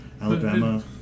alabama